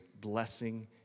blessing